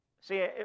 See